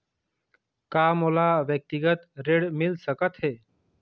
का मोला व्यक्तिगत ऋण मिल सकत हे?